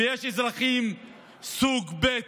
ויש אזרחים סוג ב'.